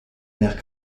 nerfs